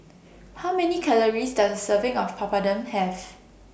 How Many Calories Does A Serving of Papadum Have